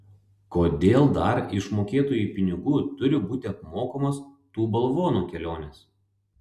kodėl dar iš mokėtojų pinigų turi būti apmokamos tų balvonų kelionės